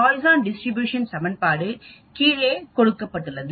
poison distribution சமன்பாடு கீழே கொடுக்கப்பட்டுள்ளது